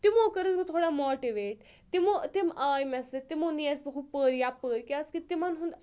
تِمو کٔرٕس بہٕ تھوڑا ماٹِویٹ تِمو تِم آیہِ مےٚ سۭتۍ تِمو نیس بہٕ ہُپٲرۍ یَپٲرۍ کیازکہِ تِمَن ہُنٛد